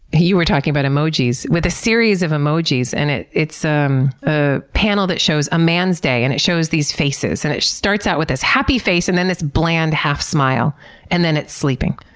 you were talking about emojis, with a series of emojis and it's um a panel that shows a man's day and it shows these faces. and it starts out with this happy face and then this bland half smile and then it's sleeping.